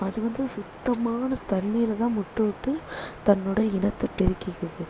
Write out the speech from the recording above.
அது வந்து சுத்தமான தண்ணியில் தான் முட்டை விட்டு தன்னோடய இனத்தை பெருக்கிக்குது